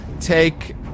take